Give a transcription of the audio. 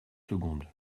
secondes